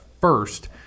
first